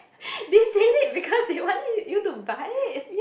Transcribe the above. they said it because they wanted you to buy it